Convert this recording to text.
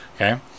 Okay